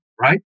Right